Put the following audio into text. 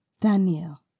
Daniel